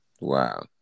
Wow